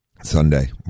Sunday